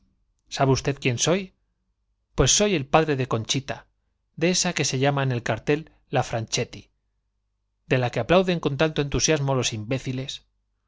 sabe usted quién soy yo pues soy el de conchita de esa se llama en el cartel la padre qe franchetti de la que aplauden con tanto entusiasmo tal l les parece raro los imbéciles